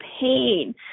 pain